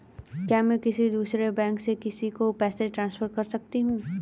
क्या मैं किसी दूसरे बैंक से किसी को पैसे ट्रांसफर कर सकती हूँ?